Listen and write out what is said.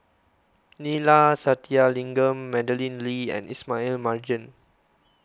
Neila Sathyalingam Madeleine Lee and Ismail Marjan